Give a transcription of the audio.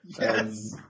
yes